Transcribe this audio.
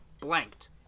blanked